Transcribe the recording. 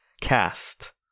Cast